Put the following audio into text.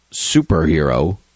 superhero